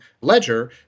ledger